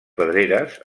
pedreres